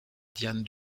diane